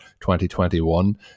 2021